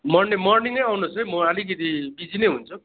Monday मर्निङै आउनुहोस् है म अलिकति बिजी नै हुन्छु